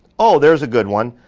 oh, there's a good one.